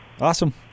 Awesome